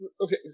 okay